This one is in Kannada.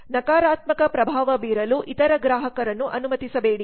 ನಕಾರಾತ್ಮಕ ಪ್ರಭಾವ ಬೀರಲು ಇತರ ಗ್ರಾಹಕರನ್ನು ಅನುಮತಿಸಬೇಡಿ